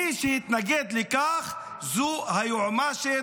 מי שהתנגד לכך זו היועמ"שית,